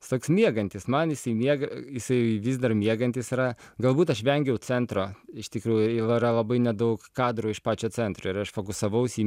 jis toks miegantis man jisai miega jisai vis dar miegantis yra galbūt aš vengiau centro iš tikrųjų yra labai nedaug kadrų iš pačio centro ir aš fokusavau į